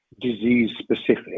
disease-specific